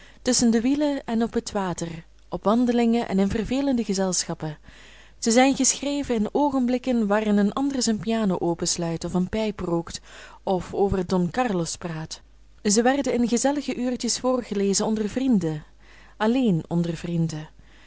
tusschen de wielen en op het water op wandelingen en in vervelende gezelschappen zij zijn geschreven in oogenblikken waarin een ander zijn piano opensluit of een pijp rookt of over don carlos praat zij werden in gezellige uurtjes voorgelezen onder vrienden alleen onder vrienden